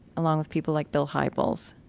along with people like bill hybels.